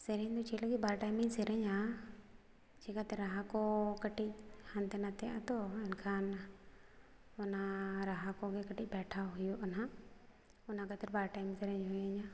ᱥᱮᱨᱮᱧ ᱫᱚ ᱪᱮᱫ ᱞᱟᱹᱜᱤᱫ ᱵᱟᱨ ᱴᱟᱭᱤᱢᱤᱧ ᱥᱮᱨᱮᱧᱟ ᱪᱤᱠᱟᱹᱛᱮ ᱨᱟᱦᱟ ᱠᱚ ᱠᱟᱹᱴᱤᱡ ᱦᱟᱱᱛᱮ ᱱᱟᱛᱮᱜᱼᱟ ᱛᱚ ᱮᱱᱠᱷᱟᱱ ᱚᱱᱟ ᱨᱟᱦᱟ ᱠᱚᱜᱮ ᱠᱟᱹᱴᱤᱡ ᱵᱮᱴᱷᱟᱣ ᱦᱩᱭᱩᱜᱼᱟ ᱦᱟᱸᱜ ᱚᱱᱟ ᱠᱷᱟᱹᱛᱤᱨ ᱵᱟᱨ ᱴᱟᱭᱤᱢ ᱥᱮᱨᱮᱧ ᱦᱳᱭ ᱤᱧᱟᱹ